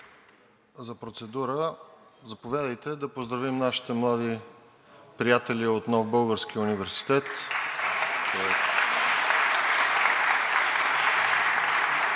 За процедура? Заповядайте. Да поздравим нашите млади приятели от Нов български университет.